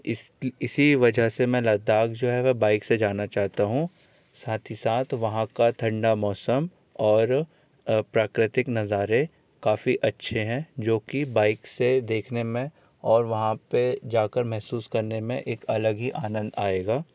इसकी इसी वजह से मैं लद्दाख जो है वह बाइक से जाना चाहता हूँ साथ ही साथ वहाँ का ठंडा मौसम और प्राकृतिक नज़ारे काफी अच्छे हैं जो कि बाइक से देखने में और वहाँ पर जा कर महसूस करने में एक अलग ही आनंद आएगा